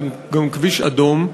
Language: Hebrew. שהוא גם כביש אדום,